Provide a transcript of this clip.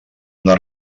una